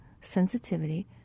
sensitivity